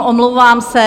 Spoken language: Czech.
Omlouvám se.